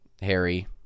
Harry